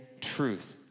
truth